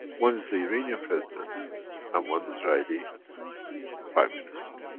one is the iranian president and one israeli prime minister,